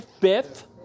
Fifth